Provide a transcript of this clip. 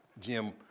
Jim